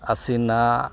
ᱟᱥᱤᱱᱟ